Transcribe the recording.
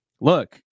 look